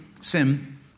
Sim